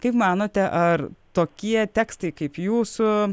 kaip manote ar tokie tekstai kaip jūsų